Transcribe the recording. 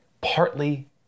partly